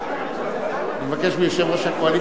שינוי בחלוקת התפקידים בין השרים נתקבלה.